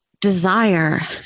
desire